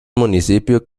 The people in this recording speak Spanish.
municipio